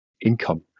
income